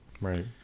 right